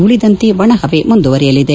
ಉಳಿದಂತೆ ಒಣಹವೆ ಮುಂದುವರೆಯಲಿದೆ